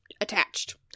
attached